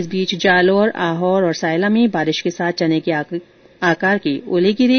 इस बीच जालोर आहोर और सायला में बारिश के साथ चने के आकार के ओले गिरे